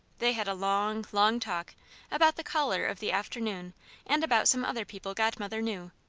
they had a long, long talk about the caller of the afternoon and about some other people godmother knew,